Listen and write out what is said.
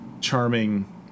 charming